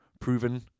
proven